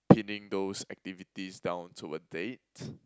pinning those activities down to a date